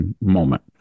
moment